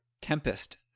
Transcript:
tempest